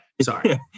Sorry